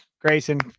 Grayson